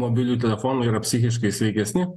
mobilių telefonų yra psichiškai sveikesni